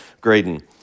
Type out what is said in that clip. Graydon